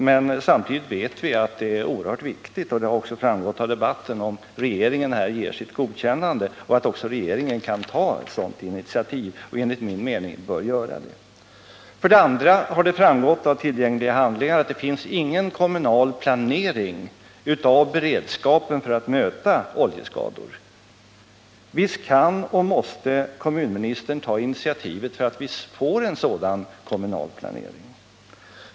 Men samtidigt vet vi att det är oerhört viktigt — och det har också framgått av debatten — att regeringen här ger sitt godkännande och att också regeringen kan ta ett sådant initiativ. Enligt min mening bör regeringen göra det. För det andra har det framgått av tillgängliga handlingar att det finns ingen kommunal planering av beredskapen för att möta oljeskador. Visst kan och måste kommunministern ta initiativet till att vi får en sådan kommunal planering.